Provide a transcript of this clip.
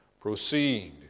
proceed